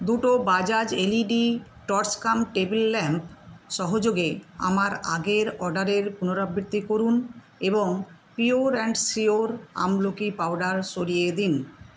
দুটো Bajaj LED torch cum table lamp সহযোগে আমার আগের অর্ডারের পুনরাবৃত্তি করুন এবং পিওর অ্যাণ্ড শিওর আমলকি পাউডার সরিয়ে দিন